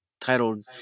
titled